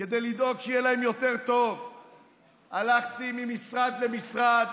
כדי לדאוג שיהיה להם יותר טוב הלכתי ממשרד למשרד